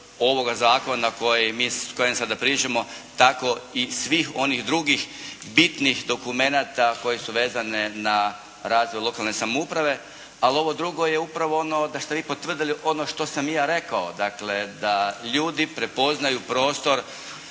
ovoga zakona o kojem sada pričamo, tako i svih onih drugih bitnih dokumenata koji su vezani na razvoj lokalne samouprave. Ali ovo drugo je upravo ono da ste vi potvrdili ono što sam i ja rekao. Dakle, da ljudi prepoznaju prostor